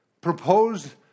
proposed